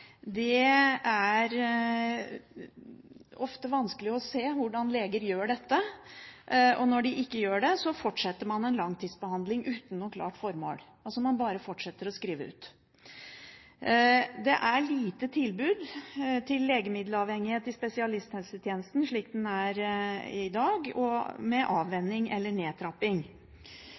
– er ofte vanskelig å se. Og når de ikke gjør det, fortsetter man en langtidsbehandling uten noe klart formål – man fortsetter altså bare å skrive ut. Det er få tilbud om avvenning og nedtrapping for legemiddelavhengige i spesialisthelsetjenesten slik den er i dag. Dette handler altså om lavdoser, det handler ikke om rusavhengighet. Det handler om bivirkninger og